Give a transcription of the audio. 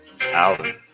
Alvin